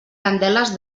candeles